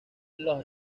los